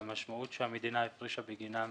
והמשמעות שהמדינה הפרישה בגינם